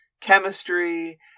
chemistry